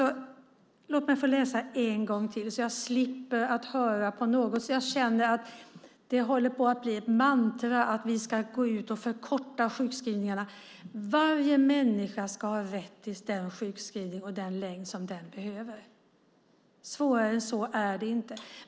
Låt mig få läsa en gång till så att jag slipper att höra detta mer. Jag känner att det håller på att bli ett mantra att vi ska gå ut och förkorta sjukskrivningarna. Varje människa ska ha rätt till den sjukskrivning och den längd på denna som behövs. Svårare än så är det inte.